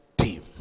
team